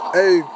Hey